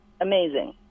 amazing